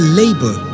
labor